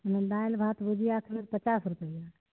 दालि भात भुजिआ खली पचास रुपैआ